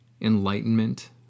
enlightenment